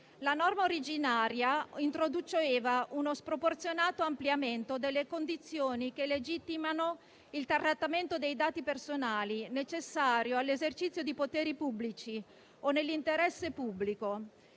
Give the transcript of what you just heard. La norma originaria introduceva uno sproporzionato ampliamento delle condizioni che legittimano il trattamento dei dati personali, necessario all'esercizio di poteri pubblici o nell'interesse pubblico.